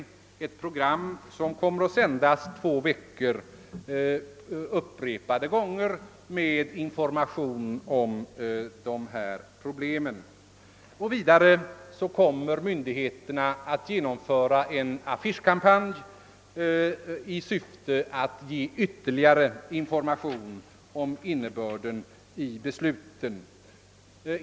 Detta program, som skall sändas upprepade gånger under två veckor, kommer att ge information om de föreliggande problemen. Vidare avser myndigheterna att genomföra en affischkampanj i syfte att lämna ytterligare information om innebörden av besluten.